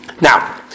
Now